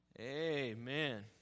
Amen